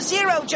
Zero